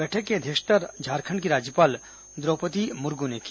बैठक की अध्यक्षता झारखंड की राज्यपाल द्रौपदी मुर्मू ने की